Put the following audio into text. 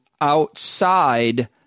outside